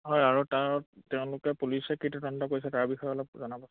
হয় আৰু তাত তেওঁলোকে পুলিচে কি তদন্ত কৰিছে তাৰ বিষয়ে অলপ জনাবচোন